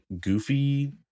goofy